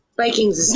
Vikings